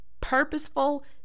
purposeful